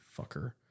fucker